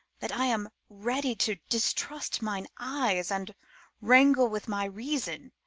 that i am ready to distrust mine eyes and wrangle with my reason,